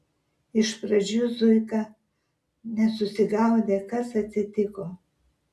iš pradžių zuika nesusigaudė kas atsitiko